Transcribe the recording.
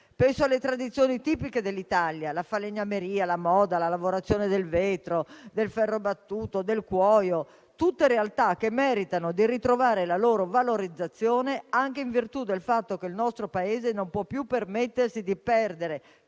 Penso alle tradizioni tipiche dell'Italia (la falegnameria, la moda e la lavorazione del vetro, del ferro battuto e del cuoio), tutte realtà che meritano di ritrovare la loro valorizzazione anche in virtù del fatto che il nostro Paese non può più permettersi di perdere